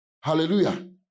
hallelujah